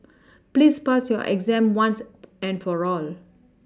please pass your exam once and for all